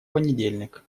понедельник